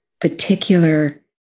particular